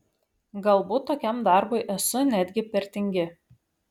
galbūt tokiam darbui esu netgi per tingi